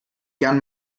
gerne